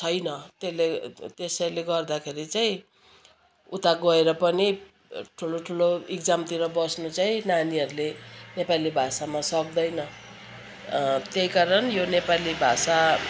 छैन त्यसले त्यसैले गर्दाखेरि चाहिँ उता गएर पनि ठुलो ठुलो इक्जामतिर बस्नु चाहिँ नानीहरूले नेपाली भाषामा सक्दैन त्यही कारण यो नेपाली भाषा